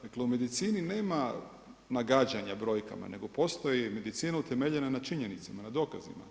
Dakle, u medicini nema nagađanja brojkama, nego postoji medicina utemeljena na činjenicama na dokazima.